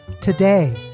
today